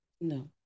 no